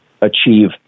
achieve